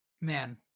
Man